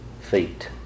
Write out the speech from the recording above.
feet